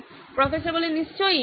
professor নিশ্চয়ই হ্যাঁ